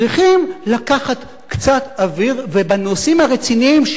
צריכים לקחת קצת אוויר ובנושאים הרציניים,